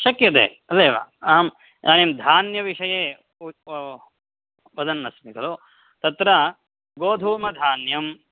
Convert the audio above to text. शक्यते तदेव अहम् इदानीं धान्यविषये वदन्नस्मि खलु तत्र गोधूमधान्यं